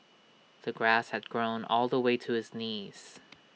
the grass had grown all the way to his knees